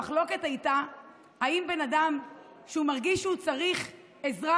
המחלוקת הייתה אם בן אדם שמרגיש שהוא צריך עזרה